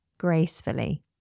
Gracefully